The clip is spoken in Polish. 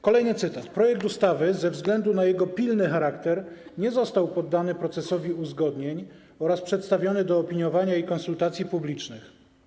Kolejny cytat: Projekt ustawy ze względu na jego pilny charakter nie został poddany procesowi uzgodnień oraz przedstawiony do zaopiniowania i konsultacji publicznych.